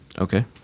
Okay